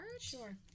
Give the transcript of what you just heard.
Sure